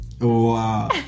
wow